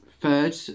third